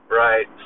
right